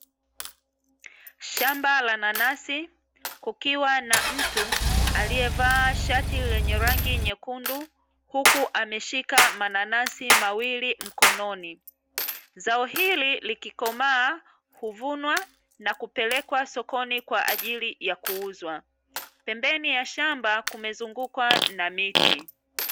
Shamba la nanasi kukiwa na mtu aliyevaa shati lenye rangi nyekundu huku ameshika mananasi mawili mkononi. Zao hili likikomaa huvunwa na kupelekwa sokoni kwa ajili ya kuuzwa. Pembeni ya shamba kumezungukwa na miti.